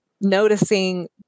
noticing